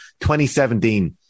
2017